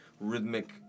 rhythmic